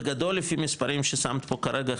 בגדול לפי מספרים ששמת פה כרגע,